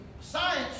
science